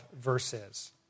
verses